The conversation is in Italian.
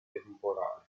temporale